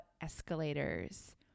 escalators